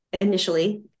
initially